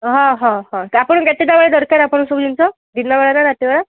ହଁ ହଁ ହଁ ତ ଆପଣ କେତେ ଟଙ୍କାର ଦରକାର ଆପଣଙ୍କୁ ସବୁ ଜିନିଷ ଦିନବେଳାର ରାତିବେଳା